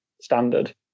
standard